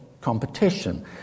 competition